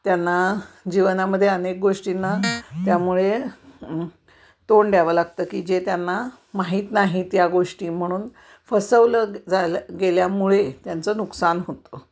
त्यांना जीवनामध्ये अनेक गोष्टींना त्यामुळे तोंड द्यावं लागतं की जे त्यांना माहीत नाहीत या गोष्टी म्हणून फसवलं जालं गेल्यामुळे त्यांचं नुकसान होतं